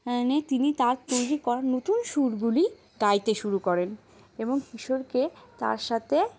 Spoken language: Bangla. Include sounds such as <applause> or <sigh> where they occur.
<unintelligible> তিনি তার তৈরি করা নতুন সুরগুলি গাইতে শুরু করেন এবং কিশোরকে তার সাথে